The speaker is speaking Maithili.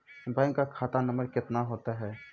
बैंक का खाता नम्बर कितने होते हैं?